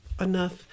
enough